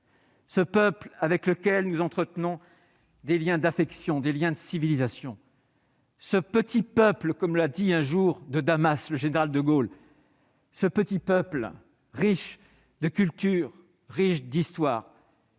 ce peuple, avec lequel nous entretenons des liens d'affection et de civilisation, ce petit peuple, comme l'a dit un jour, à Damas, le général de Gaulle, riche de culture et d'histoire,